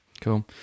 Cool